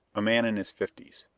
a man in his fifties.